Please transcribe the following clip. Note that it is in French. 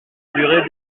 durée